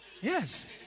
Yes